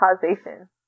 causation